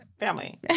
family